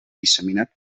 disseminat